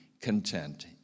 content